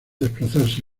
desplazarse